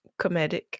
comedic